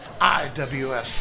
IWS